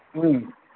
ம்